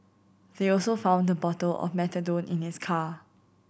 they also found a bottle of methadone in his car